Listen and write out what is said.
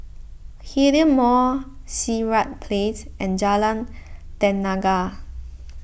Hillion Mall Sirat Place and Jalan Tenaga